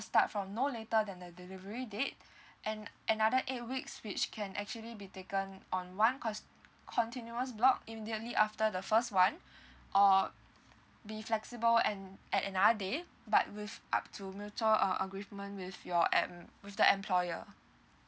start from no later than the delivery date and another eight weeks which can actually be taken on one cons~ continuous block immediately after the first one or be flexible and at another day but with up to mutual uh agreement with your em~ with the employer